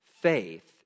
Faith